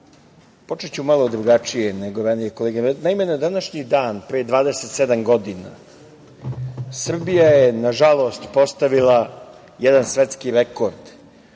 počeću malo drugačije nego prethodne kolege. Naime, na današnji dan pre 27 godina Srbija je, nažalost, postavila jedan svetski rekord.